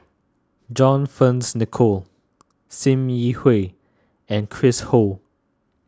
John Fearns Nicoll Sim Yi Hui and Chris Ho